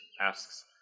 asks